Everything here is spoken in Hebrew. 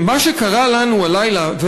מה שקרה לנו הלילה,